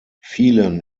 vielen